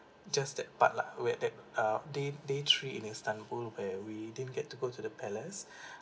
just that part lah where that uh day day three in istanbul where we didn't get to go to the palace